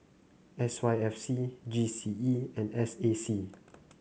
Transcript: S Y F C G C E and S A C